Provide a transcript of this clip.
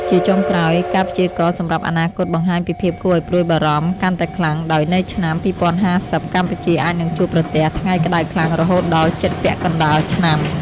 ជាចុងក្រោយ ការព្យាករណ៍សម្រាប់អនាគតបង្ហាញពីភាពគួរឱ្យព្រួយបារម្ភកាន់តែខ្លាំង ដោយនៅឆ្នាំ ២០៥០ កម្ពុជាអាចនឹងជួបប្រទះថ្ងៃក្តៅខ្លាំងរហូតដល់ជិតពាក់កណ្តាលឆ្នាំ។